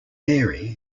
mary